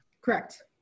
Correct